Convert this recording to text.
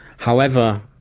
however,